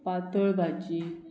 पातळ भाजी